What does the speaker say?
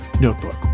notebook